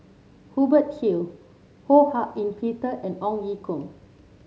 Hubert Hill Ho Hak Ean Peter and Ong Ye Kung